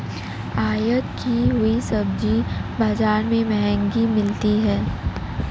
आयत की हुई सब्जी बाजार में महंगी मिलती है